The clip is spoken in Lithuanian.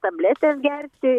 tabletes gerti